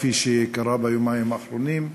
כפי שקרה ביומיים האחרונים,